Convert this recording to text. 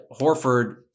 Horford